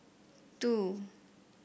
two